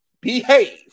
Behave